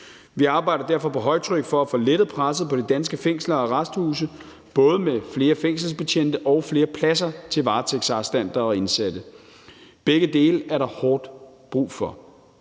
Vi arbejder derfor på højtryk for at få lettet presset på de danske fængsler og arresthuse, både med flere fængselsbetjente og flere pladser til varetægtsarrestanter og indsatte. Begge dele er der hårdt brug for,